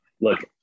Look